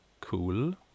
Cool